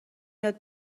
یاد